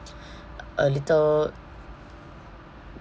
a little